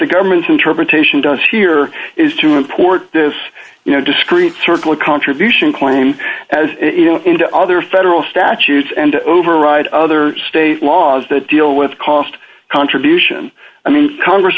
the government's interpretation does here is to import this you know discrete circle of contribution claim as into other federal statutes and override other state laws that deal with cost contribution i mean congress